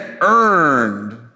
earned